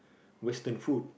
Western food